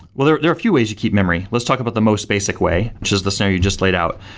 well there there are a few ways you keep memory. let's talk about the most basic way, which is the scenario you just laid out,